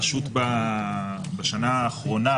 הרשות בשנה האחרונה,